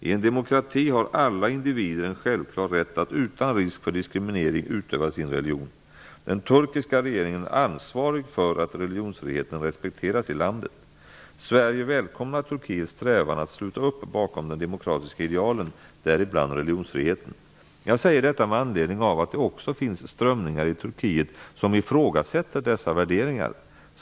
I en demokrati har alla individer en självklar rätt att utan risk för diskriminering utöva sin religion. Den turkiska regeringen är ansvarig för att religionsfriheten respekteras i landet. Sverige välkomnar Turkiets strävan att sluta upp bakom de demokratiska idealen, däribland religionsfriheten. Jag säger detta med anledning av att det också finns strömningar i Turkiet som ifrågasätter dessa värderingar.